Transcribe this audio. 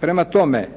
Prema tome,